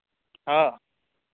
ᱦᱮᱸ